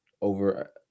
over